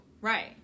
Right